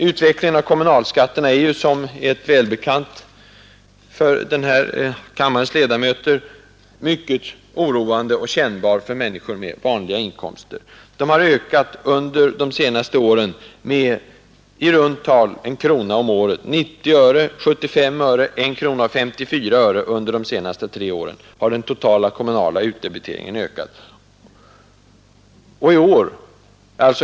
Utvecklingen av kommunalskatterna är ju, som är välbekant för kammarens ledamöter, mycket oroande och kännbar för människor med vanliga inkomster. Under de senaste åren har de ökat med i runt tal en krona om året. Den totala kommunala utdebiteringen har ökat med 90 öre, 75 öre och 1:54 kr. under de senaste tre åren.